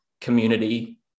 community